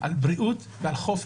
על בריאות ועל חופש.